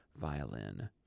violin